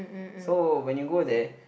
so when you go there